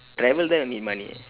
travel there will need money